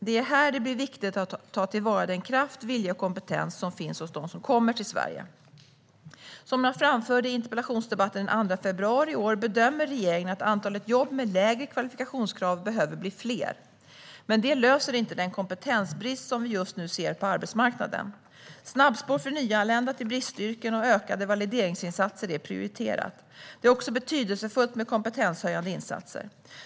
Det är här det blir viktigt att ta till vara den kraft, vilja och kompetens som finns hos dem som kommer till Sverige. Som jag framförde i interpellationsdebatten den 2 februari i år bedömer regeringen att antalet jobb med lägre kvalifikationskrav behöver bli större, men det löser inte den kompetensbrist som vi just nu ser på arbetsmarknaden. Snabbspår för nyanlända till bristyrken och ökade valideringsinsatser är prioriterat. Det är också betydelsefullt med kompetenshöjande insatser.